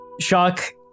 Shock